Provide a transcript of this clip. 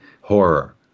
Horror